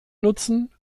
nutzen